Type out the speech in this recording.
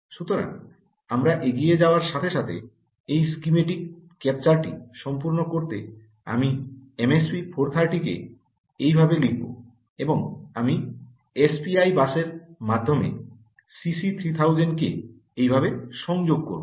সুতরাং আমরা এগিয়ে যাওয়ার সাথে সাথে এই পরিকল্পিত ক্যাপচারটি সম্পূর্ণ করতে আমি এমএসপি 430 কে এইভাবে লিখব এবং আমি এসপিআই বাসের মাধ্যমে সি সি 3000 কে এইভাবে সংযোগ করব